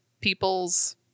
people's